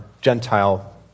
Gentile